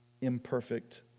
imperfect